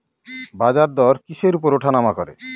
বাজারদর কিসের উপর উঠানামা করে?